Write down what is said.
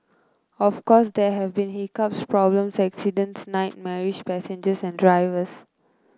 of course there have been hiccups problems accidents nightmarish passengers and drivers